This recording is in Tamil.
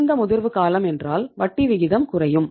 குறைந்த முதிர்வு காலம் என்றால் வட்டி விகிதம் குறையும்